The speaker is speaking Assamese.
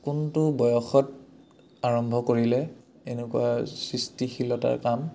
কোনটো বয়সত আৰম্ভ কৰিলে এনেকুৱা সৃষ্টিশীলতাৰ কাম